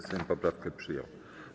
Sejm poprawkę przyjął.